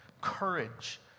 courage